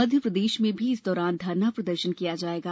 मध्यप्रदेश में भी इस दौरान धरना प्रदर्शन किया जाएगा